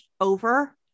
over